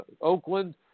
Oakland